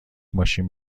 ماشین